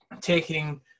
taking